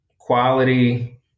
quality